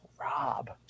Rob